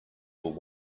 were